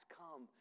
come